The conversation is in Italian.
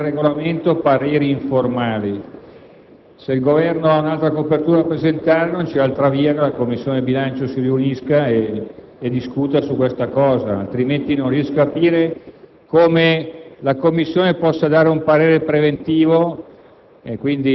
Presidente, mi scusi, io non conosco nel Regolamento pareri informali. Se il Governo ha un'altra copertura da presentare, non c'è altra via che la Commissione bilancio si riunisca e ne discuta; non riesco a capire